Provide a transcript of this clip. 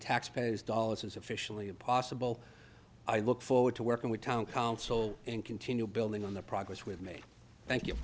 taxpayers dollars is officially impossible i look forward to working with town council and continue building on the progress we've made thank you